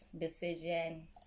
decision